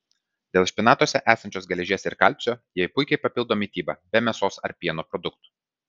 dėl špinatuose esančios geležies ir kalcio jie puikiai papildo mitybą be mėsos ar pieno produktų